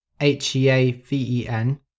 H-E-A-V-E-N